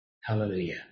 Hallelujah